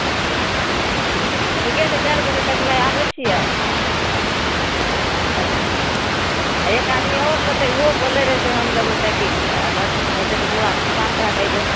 हँ तऽ ठीके छै चारि बजे तकमे आबै छियै आ लेबै एक आदमी आओर लेतै ओहो बोलै रहै से हम लेबै साइकिल तऽ अगर हेतै तऽ दू आदमी साथ भए कऽ अयबै